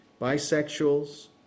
Bisexuals